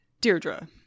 Deirdre